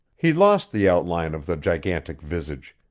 he lost the outline of the gigantic visage,